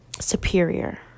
superior